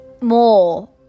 more